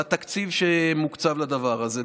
בתקציב שמוקצב לדבר הזה.